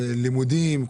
לימודים,